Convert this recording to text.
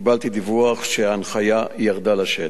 קיבלתי דיווח שההנחיה ירדה לשטח.